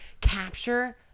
Capture